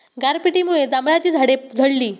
गारपिटीमुळे जांभळाची झाडे झडली